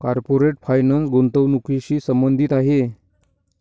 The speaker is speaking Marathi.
कॉर्पोरेट फायनान्स गुंतवणुकीशी संबंधित आहे